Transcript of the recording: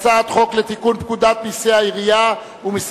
אני קובע שהצעת החוק לתיקון פקודת התעבורה של חבר